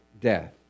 death